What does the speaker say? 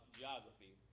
geography